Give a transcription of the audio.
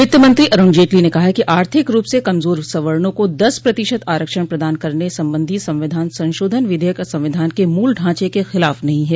वित्त मंत्री अरूण जेटली ने कहा है कि आर्थिक रूप से कमजोर सवर्णो को दस प्रतिशत आरक्षण प्रदान करने संबंधी संविधान संशोधन विधेयक संविधान के मूल ढांचे के खिलाफ नहीं है